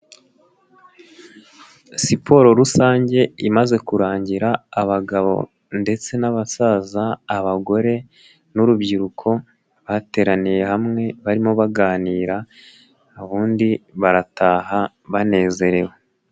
Siporo rusange imaze kurangira abagabo ndetse n'abasaza, abagore n'urubyiruko bateraniye hamwe barimo baganira ubundi barataha banezerewe.